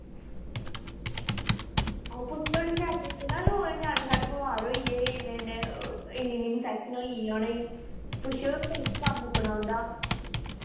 आहो पुच्छो नी शैल करियै ञ्याने साढ़े बमार होइये इन्ने इन्ने इन्नी इन्नी इन्फैक्शनां होई आं उ'नें पुच्छेओ कम्म मुक्कना उं'दा